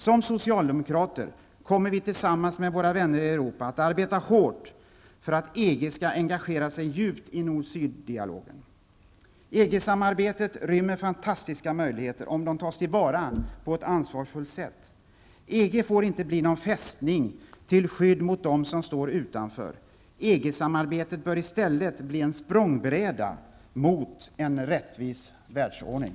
Som socialdemokrater kommer vi, tillsammans med våra vänner i Europa, att arbeta hårt för att EG skall engagera sig djupt i nord--syd-dialogen. EG-samarbetet rymmer fantastiska möjligheter om de tas till vara på ett ansvarsfullt sätt. EG får inte bli någon fästning till skydd mot dem som står utanför. EG-samarbetet bör i stället bli en språngbräda mot en rättvis världsordning.